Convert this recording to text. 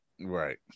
Right